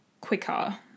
quicker